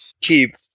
keep